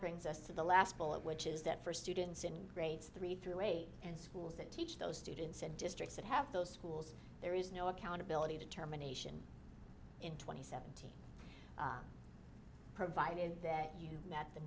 brings us to the last bullet which is that for students in grades three through eight and schools that teach those students in districts that have those schools there is no accountability determination in twenty seventy provided that you met the